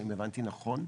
האם הבנתי נכון?